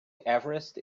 everest